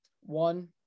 One